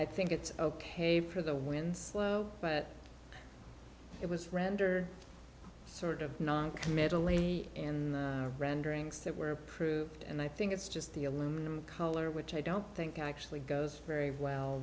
i think it's ok for the winslow but it was rendered sort of noncommittally in the renderings that were approved and i think it's just the aluminum color which i don't think actually goes very well